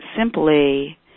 simply